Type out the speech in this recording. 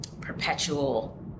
perpetual